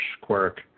quirk